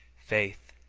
faith,